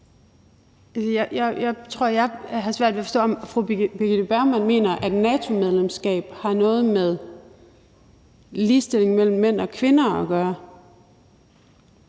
Jeg tror, at jeg har svært ved at forstå, om fru Birgitte Bergman mener, at NATO-medlemskab har noget med ligestilling mellem mænd og kvinder at gøre.